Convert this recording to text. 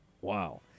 Wow